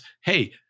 hey